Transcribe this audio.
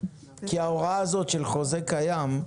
כי ההוראה הזאת של חוזה קיים,